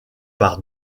par